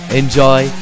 enjoy